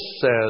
says